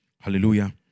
Hallelujah